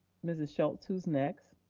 mrs. schulz, who's next?